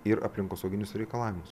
ir aplinkosauginius reikalavimus